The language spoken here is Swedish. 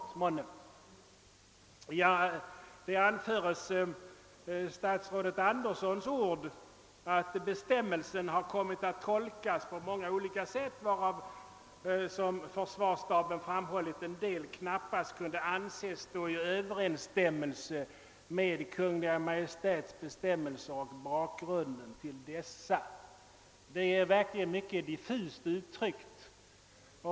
Utskottet hänvisar till statsrådet Anderssons ord att bestämmelsen har kommit att tolkas på många olika sätt, av vilka en del enligt vad försvarsstaben framhållit »knappast kunde anses stå i överensstämmelse med Kungl. Maj:ts bestämmelser och bakgrunden till dessa». Detta är verkligen mycket diffust uttryckt.